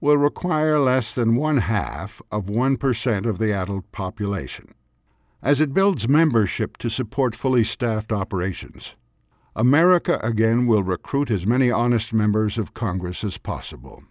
will require less than one half of one percent of the adult population as it builds membership to support fully staffed operations america again will recruit his many honest members of congress as possible